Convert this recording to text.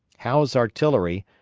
howe's artillery,